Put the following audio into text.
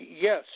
Yes